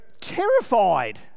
terrified